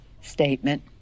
statement